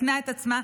סיכנה את עצמה,